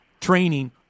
training